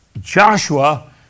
Joshua